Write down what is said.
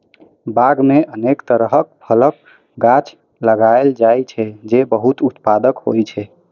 बाग मे अनेक तरहक फलक गाछ लगाएल जाइ छै, जे बहुत उत्पादक होइ छै